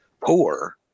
poor